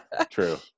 True